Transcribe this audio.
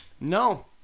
No